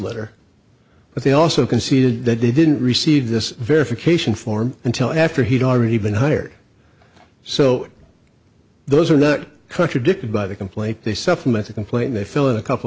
letter but they also conceded that they didn't receive this verification form until after he'd already been hired so those are not contradicted by the complaint they supplement the complaint they fill in a couple